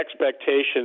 expectations